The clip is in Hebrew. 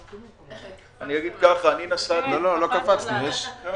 אני נסעתי לכאן היום